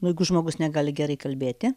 jeigu žmogus negali gerai kalbėti